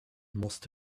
must